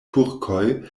turkoj